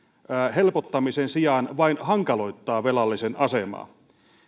helpottamisen sijaan vain hankaloittaa velallisen asemaa